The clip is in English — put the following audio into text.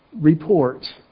report